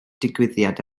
digwyddiad